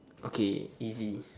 okay easy